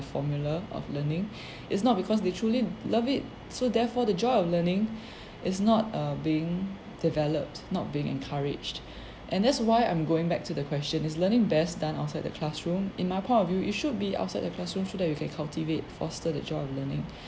formula of learning is not because they truly love it so therefore the joy of learning is not err being developed not being encouraged and that's why I'm going back to the question is learning best done outside the classroom in my point of view you should be outside the classroom so that you can cultivate foster the joy of learning